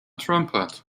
trumpet